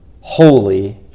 holy